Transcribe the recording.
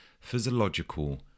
physiological